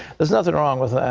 there's nothing wrong with that.